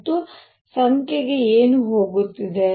ಮತ್ತು ಸಂಖ್ಯೆಗೆ ಏನು ಹೋಗುತ್ತಿದೆ